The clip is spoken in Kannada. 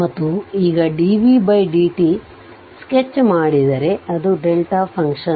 ಮತ್ತು ಈಗ dvdt ಸ್ಕೆಚ್ ಮಾಡಿದರೆ ರೆ ಅದು function